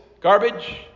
garbage